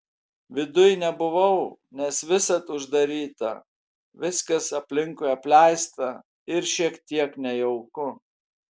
viduj nebuvau nes visad uždaryta viskas aplinkui apleista ir šiek tiek nejauku